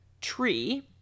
tree